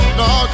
no